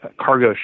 cargo